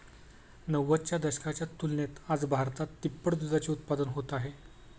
नव्वदच्या दशकाच्या तुलनेत आज भारतात तिप्पट दुधाचे उत्पादन होत आहे